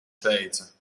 teica